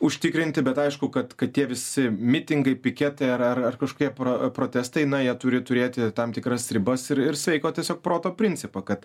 užtikrinti bet aišku kad kad tie visi mitingai piketai ar kažkokie pro protestai na jie turi turėti tam tikras ribas ir sveiko tiesiog proto principą kad